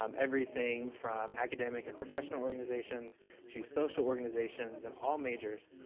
um everything from academic and professional organizations to social organizations and all majors,